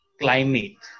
climate